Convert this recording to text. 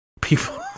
people